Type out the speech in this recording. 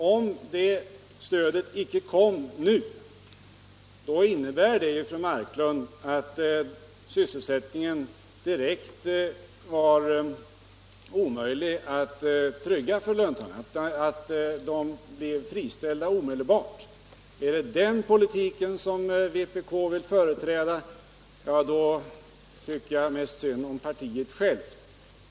Om det stödet inte kommer nu innebär det, fru Marklund, att sysselsättningen för löntagarna är omöjlig att trygga — de skulle omedelbart bli friställda. Är det den politiken som vänsterpartiet kommunisterna vill företräda, då tycker jag mest synd om partiet självt.